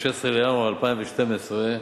16 בינואר 2012,